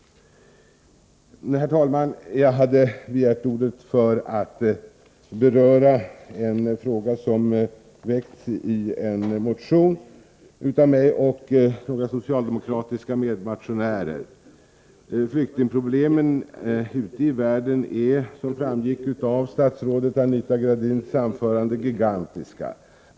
Herr talman! Jag har begärt ordet för att beröra en fråga som väckts i en motion av mig och några socialdemokratiska medmotionärer. Flyktingproblemen ute i världen är, som framgick av statsrådet Anita Gradins anförande, gigantiska.